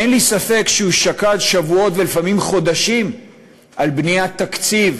אין לי ספק שהוא שקד שבועות ולפעמים חודשים על בניית תקציב